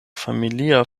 familia